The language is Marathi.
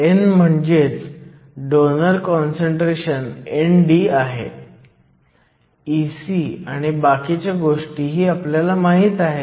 तर आपल्याकडे 5 x 1018 बोरॉन आणि 1016 आर्सेनिक n बाजूला संपूर्ण n क्षेत्रा अटोम आहेत